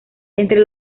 entre